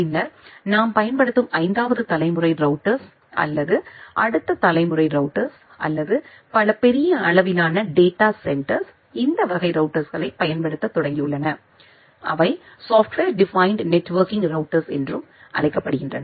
பின்னர் நாம் பயன்படுத்தும் 5 வது தலைமுறை ரௌட்டர்ஸ் அல்லது அடுத்த தலைமுறை ரௌட்டர்ஸ் அல்லது பல பெரிய அளவிலான டேட்டா சென்டர்ஸ் இந்த வகை ரௌட்டர்ஸ்களை பயன்படுத்தத் தொடங்கியுள்ளன அவை சாப்ட்வேர் டெபினெட் நெட்வொர்க்கிங் ரௌட்டர்ஸ் என்று அழைக்கப்படுகின்றன